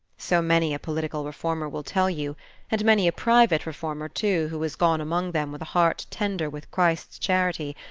so many a political reformer will tell you and many a private reformer, too, who has gone among them with a heart tender with christ's charity,